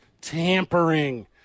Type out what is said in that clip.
tampering